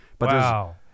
Wow